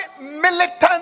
militant